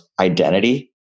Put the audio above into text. identity